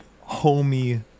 homey